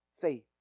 faith